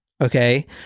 Okay